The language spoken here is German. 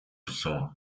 cousin